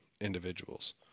individuals